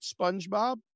SpongeBob